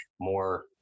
more